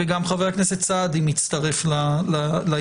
וגם חבר הכנסת סעדי מצטרף לעניין.